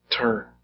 turn